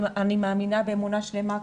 אני מאמינה באמונה שלמה,